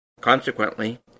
Consequently